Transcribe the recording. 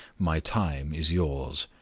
my time is yours.